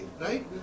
right